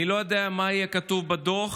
אני לא יודע מה יהיה כתוב בדוח,